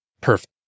Perfect